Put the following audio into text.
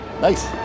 Nice